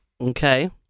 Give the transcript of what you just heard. Okay